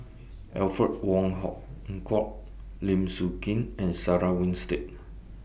Alfred Wong Hong Kwok Lim Sun Gee and Sarah Winstedt